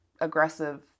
aggressive